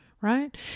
right